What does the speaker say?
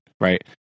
Right